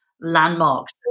landmarks